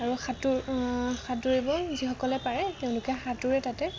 আৰু সাঁতোৰ সাঁতুৰিব যিসকলে পাৰে তেওঁলোকে সাঁতোৰে তাতে